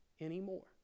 anymore